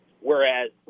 Whereas